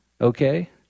okay